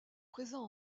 présent